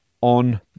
on